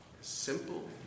Simple